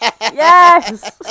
Yes